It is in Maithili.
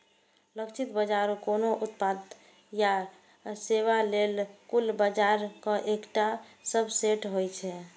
लक्षित बाजार कोनो उत्पाद या सेवा लेल कुल बाजारक एकटा सबसेट होइ छै